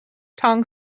tong